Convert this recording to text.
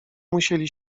musieli